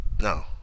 No